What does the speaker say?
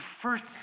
first